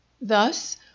thus